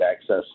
access